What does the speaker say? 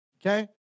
okay